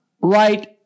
right